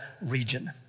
region